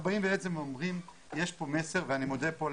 אנחנו אומרים שיש פה מסר, ואני מודה פה לפרופ'